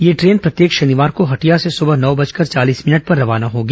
यह देन प्रत्येक शनिवार को हटिया से सुबह नौ बजकर चालीस मिनट पर रवाना होगी